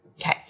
Okay